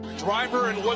driver and